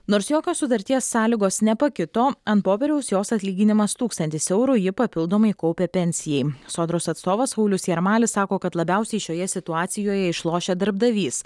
nors jokios sutarties sąlygos nepakito ant popieriaus jos atlyginimas tūkstantis eurų ji papildomai kaupia pensijai sodros atstovas saulius jarmalis sako kad labiausiai šioje situacijoje išlošia darbdavys